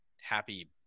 Happy